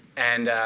and